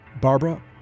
Barbara